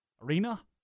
arena